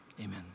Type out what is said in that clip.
Amen